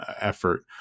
effort